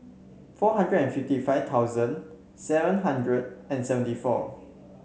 four hundred and fifty five thousand seven hundred and seventy four